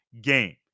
game